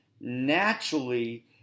naturally